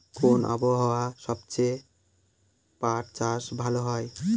কোন আবহাওয়ায় সবচেয়ে পাট চাষ ভালো হয়?